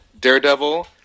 Daredevil